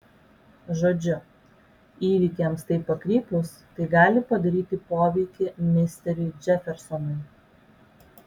žodžiu įvykiams taip pakrypus tai gali padaryti poveikį misteriui džefersonui